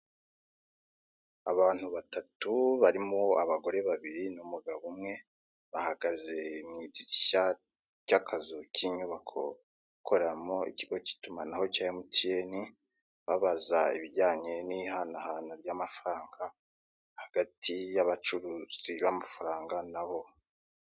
Abantu batatu barimo abagore babiri n'umugabo umwe, bahagaze mu idirishya ry'akazu k'inyubako ikoreramo ikigo cy'itumanaho cya MTN babaza ibijyanye n'ihanahana ry'amafaranga hagati y'abacuruzi b'amafaranga na bo.